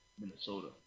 Minnesota